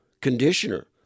conditioner